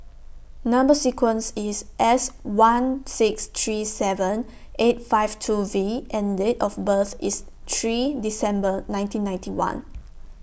Number sequence IS S one six three seven eight five two V and Date of birth IS three December nineteen ninety one